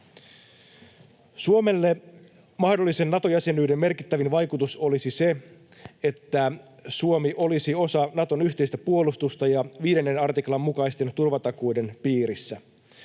Suomelle mahdollisen Nato-jäsenyyden merkittävin vaikutus olisi se, että Suomi olisi osa Naton yhteistä puolustusta ja 5 artiklan mukaisten turvatakuiden piirissä.